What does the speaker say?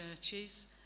churches